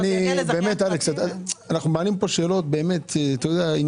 אלכס, אנחנו מעלים פה שאלות ענייניות.